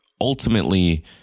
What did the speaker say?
ultimately